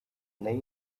lay